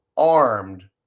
armed